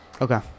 Okay